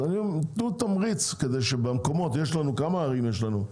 תנו תמריץ כדי שכמה ערים יש לנו,